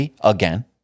again